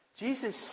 Jesus